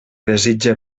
desitja